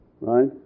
right